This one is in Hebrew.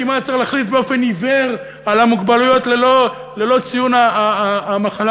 כמעט צריך להחליט באופן עיוור על המוגבלויות ללא ציון המחלה,